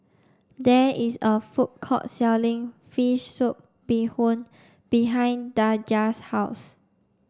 there is a food court selling fish soup bee hoon behind Daja's house